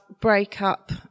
breakup